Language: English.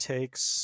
Takes